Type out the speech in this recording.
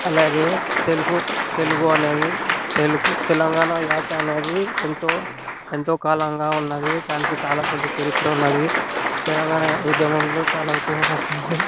అలాగే తెలుకు తెలుగు అనేది తెలుగు తెలంగాణ యాస అనేది ఎంతో ఎంతో కాలంగా ఉన్నది దానికి చాలా పెద్ద చరిత్ర ఉన్నది తెలంగాణ ఉద్యమంలో చాలా ఉపయోగపడుతుంది